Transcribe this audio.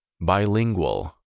Bilingual